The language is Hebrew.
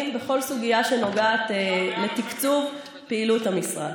בכל סוגיה שנוגעת לתקצוב פעילות המשרד.